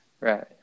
Right